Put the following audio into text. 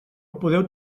podeu